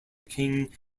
king